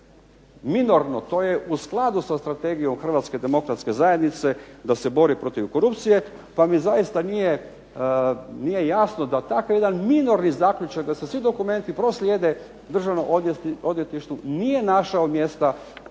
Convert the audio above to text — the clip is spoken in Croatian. minorno, to je u skladu sa strategijom Hrvatske demokratske zajednice da se bori protiv korupcije pa mi zaista nije jasno da tako jedan minorni zaključak da se svi dokumenti proslijede Državnom odvjetništvu nije našao mjesta barem u